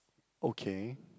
okay